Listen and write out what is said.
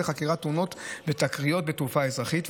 חקירת תאונות ותקריות בתעופה האזרחית,